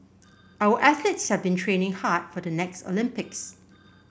our athletes have been training hard for the next Olympics